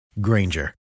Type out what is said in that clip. Granger